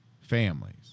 families